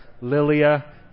Lilia